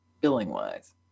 billing-wise